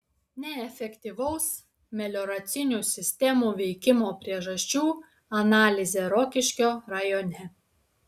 neefektyvaus melioracinių sistemų veikimo priežasčių analizė rokiškio rajone